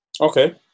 Okay